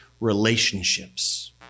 relationships